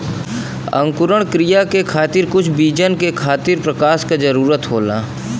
अंकुरण क्रिया के खातिर कुछ बीजन के खातिर प्रकाश क जरूरत होला